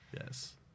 Yes